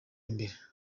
imbere